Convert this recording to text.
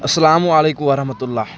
اَلسَلامُ علیکُم ورحمتُہ اللہ